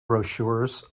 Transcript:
brochures